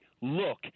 look